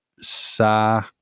Sa